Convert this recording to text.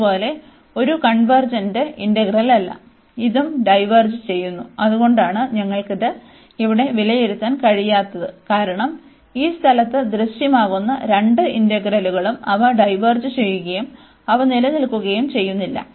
അതുപോലെ ഇതും കൺവെർജെൻന്റ് ഇന്റഗ്രലല്ല ഇതും ഡൈവേർജ് ചെയ്യുന്നു അതുകൊണ്ടാണ് ഞങ്ങൾക്ക് ഇത് ഇവിടെ വിലയിരുത്താൻ കഴിയാത്തത്കാരണം ഈ സ്ഥലത്ത് ദൃശ്യമാകുന്ന രണ്ട് ഇന്റഗ്രലുകളും അവ ഡൈവേർജ് ചെയ്യുകയും അവ നിലനിൽക്കുകയും ചെയ്യുന്നില്ല